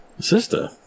Sister